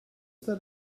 that